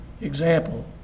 example